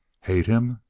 hate him?